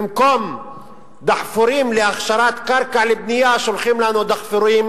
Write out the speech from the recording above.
במקום דחפורים להכשרת קרקע לבנייה שולחים לנו דחפורים